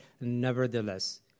nevertheless